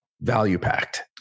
value-packed